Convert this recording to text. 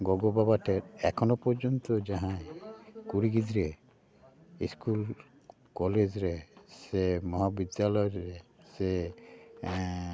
ᱜᱚᱜᱚ ᱵᱟᱵᱟ ᱴᱷᱮᱡ ᱮᱠᱷᱚᱱᱳ ᱯᱚᱡᱚᱱᱛᱚ ᱡᱟᱦᱟᱸᱭ ᱠᱩᱲᱤ ᱜᱤᱫᱽᱨᱟᱹ ᱤᱥᱠᱩᱞ ᱠᱚᱞᱮᱡᱽ ᱨᱮ ᱥᱮ ᱢᱚᱦᱟ ᱵᱤᱫᱽᱫᱟᱞᱚᱭ ᱨᱮ ᱥᱮ